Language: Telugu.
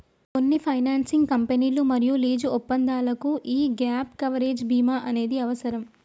కొన్ని ఫైనాన్సింగ్ కంపెనీలు మరియు లీజు ఒప్పందాలకు యీ గ్యేప్ కవరేజ్ బీమా అనేది అవసరం